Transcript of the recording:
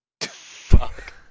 Fuck